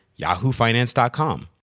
yahoofinance.com